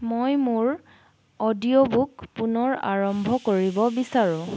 মই মোৰ অডিঅ'বুক পুনৰ আৰম্ভ কৰিব বিচাৰোঁ